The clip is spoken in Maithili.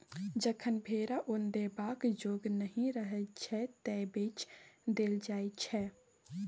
जखन भेरा उन देबाक जोग नहि रहय छै तए बेच देल जाइ छै